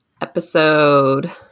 episode